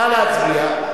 נא להצביע.